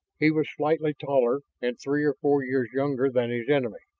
he was slightly taller, and three or four years younger than his enemy.